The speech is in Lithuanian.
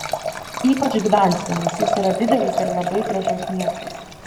ypač gdanske nes jis yra didelis ir labai gražus miestas